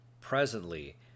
presently